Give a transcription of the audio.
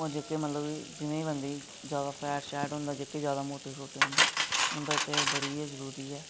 हून जेह्के मतलब कि जि'नें बंदें गी जैदा फैट शैट होंदा जेह्के मोटे शोटे होंदे उं'दे आस्तै बड़ी गै जरूरी ऐ